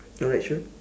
alright true